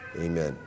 Amen